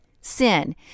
sin